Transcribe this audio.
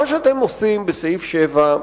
מה שאתם עושים בסעיף 7,